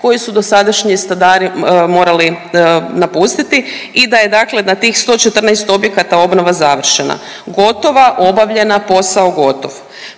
koje su dosadašnji stanari morali napustiti i da je dakle, na tih 114 objekata obnova završena gotova, obavljena, posao gotov.